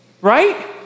right